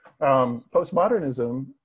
Postmodernism